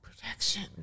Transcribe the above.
protection